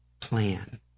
plan